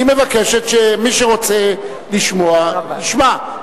היא מבקשת שמי שרוצה לשמוע ישמע.